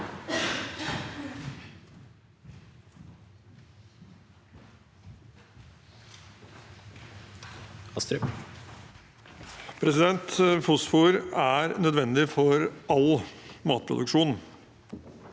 Fosfor er nødvendig for all matproduksjon.